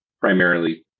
primarily